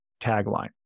tagline